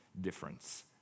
difference